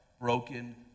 broken